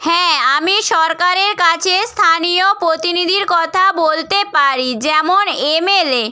হ্যাঁ আমি সরকারের কাছে স্থানীয় প্রতিনিধির কথা বলতে পারি যেমন এমএলএ